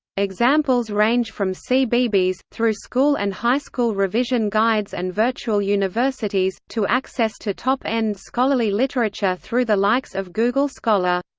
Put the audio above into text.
examples range from cbeebies, through school and high-school revision guides and virtual universities, to access to top-end scholarly literature through the likes of google scholar.